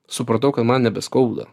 supratau kad man nebeskauda